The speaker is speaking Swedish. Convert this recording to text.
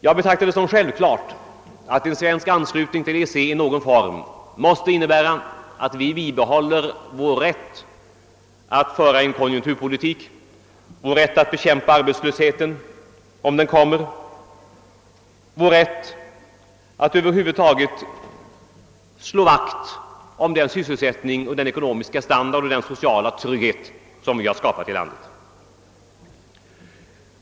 Jag betraktar det som självklart att Sveriges anslutning till EEC i någon form måste förutsätta att vi behåller rätten att föra en konjunkturpolitik och bekämpa arbetslösheten, om den kommer, och att vi över huvud taget har rätt att slå vakt om den sysselsättning, den ekonomiska standard och den sociala trygghet som vi har skapat här i landet.